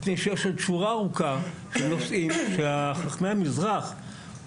מפני שיש עוד שורה ארוכה של נושאים שחכמי המזרח או,